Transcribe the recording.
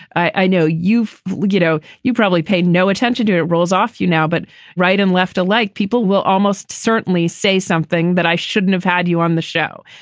i know you've like you know, you probably paid no attention to it rolls off you now. but right and left alike, people will almost certainly say something that i shouldn't have had you on the show.